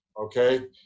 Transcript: okay